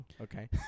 okay